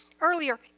earlier